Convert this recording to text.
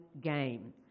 game